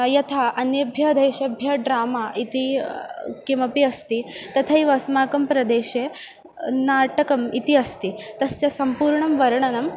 यथा अन्येषु देशेषु ड्रामा इति किमपि अस्ति तथैव अस्माकं प्रदेशे नाटकम् इति अस्ति तस्य सम्पूर्णं वर्णनं